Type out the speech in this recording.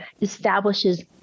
establishes